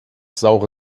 saure